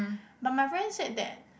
but my friend said that